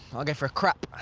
i'll go for a crap.